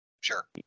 Sure